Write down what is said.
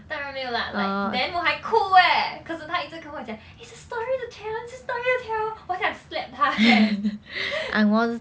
当然没有 lah like then 我还哭 eh 可是他一直跟我讲 it's a story to tell it's a story to tell 我很想 slap 他 eh